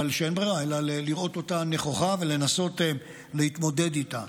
אבל שאין ברירה אלא לראות אותה נכוחה ולנסות להתמודד איתה.